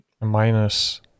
Minus